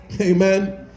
Amen